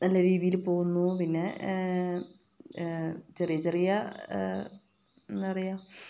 പിന്നെ നല്ല രീതിയില് പോവുന്നു പിന്നെ ചെറിയ ചെറിയ എന്താ പറയുക